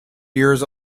years